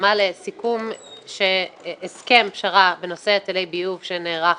בהתאמה להסכם פשרה בנושא היטלי ביוב שנערך